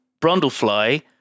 Brundlefly